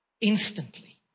Instantly